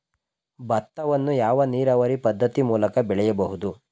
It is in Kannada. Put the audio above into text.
ಭತ್ತವನ್ನು ಯಾವ ನೀರಾವರಿ ಪದ್ಧತಿ ಮೂಲಕ ಬೆಳೆಯಬಹುದು?